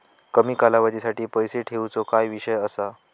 कमी कालावधीसाठी पैसे ठेऊचो काय विषय असा?